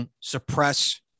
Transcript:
suppress